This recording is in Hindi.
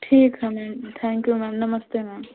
ठीक है ma'am thank you ma'am namaste ma'am